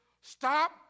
Stop